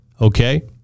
okay